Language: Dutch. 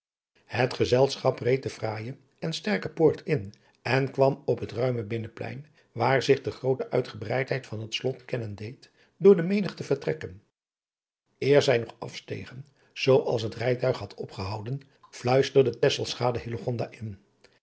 het gezelschap reed de fraaije en sterke poort in en kwam op het ruime binnenplein waar zich de groote uitgebreidheed van het slot kennen deed door de menigte vertekken eer adriaan loosjes pzn het leven van hillegonda buisman zij nog afstegen zoo als liet rijtuig had opgehouden luisterde tesselschade hillegonda in